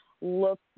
look